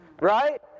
right